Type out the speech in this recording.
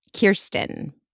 Kirsten